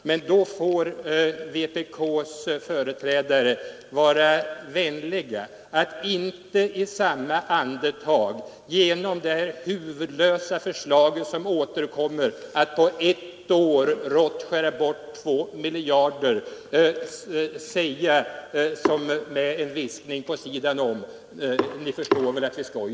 Men då får vpk:s företrädare vara vänliga att inte med det huvudlösa förslaget att på ett år rått skära bort 2 miljarder säga som en viskning på sidan om att det hela är skoj.